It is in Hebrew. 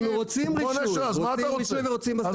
אנחנו רוצים רישוי, רוצים רישוי ורוצים הסדרה.